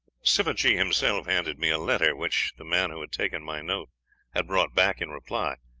sivajee himself handed me a letter, which the man who had taken my note had brought back in reply.